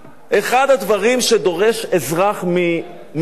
אחד הדברים שדורש אזרח ממדינה,